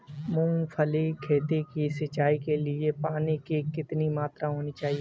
मूंगफली की खेती की सिंचाई के लिए पानी की कितनी मात्रा होनी चाहिए?